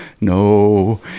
no